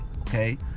Okay